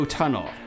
tunnel